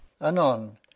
Anon